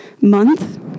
month